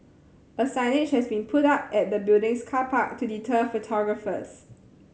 a signage has been put up at the building's car park to deter photographers